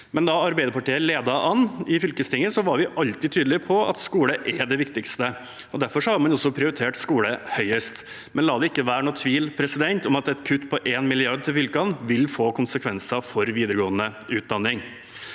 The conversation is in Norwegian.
da Arbeiderpartiet ledet an i fylkestinget, var vi alltid tydelige på at skole er det viktigste. Derfor har man også prioritert skole høyest. La det ikke være noen tvil om at et kutt på 1 mrd. kr til fylkene vil få konsekvenser for videregående utdanning.